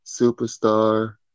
superstar